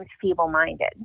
feeble-minded